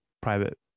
private